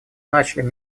начали